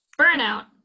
Burnout